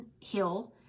hill